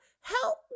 help